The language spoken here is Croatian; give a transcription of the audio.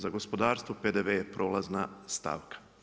Za gospodarstvo PDV je prolazna stavka.